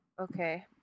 okay